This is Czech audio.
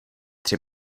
tři